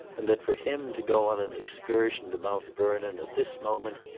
and that for him to go on an excursion to mount vernon, at this moment,